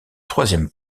troisième